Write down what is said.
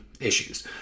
issues